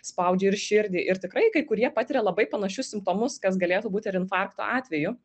spaudžia ir širdį ir tikrai kai kurie patiria labai panašius simptomus kas galėtų būt ir infarkto atveju